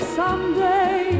someday